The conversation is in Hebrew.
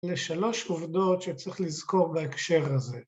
לשלוש עובדות שצריך לזכור בהקשר הזה.